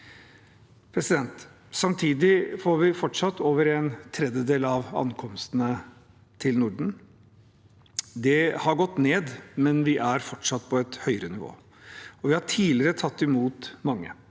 ansvar. Samtidig får vi fortsatt over en tredjedel av ankomstene til Norden. Det har gått ned, men vi er fortsatt på et høyere nivå. Vi har tidligere tatt imot mange.